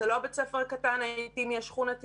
זה לא הבית ספר הקטן האינטימי השכונתי.